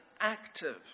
active